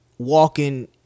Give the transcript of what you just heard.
Walking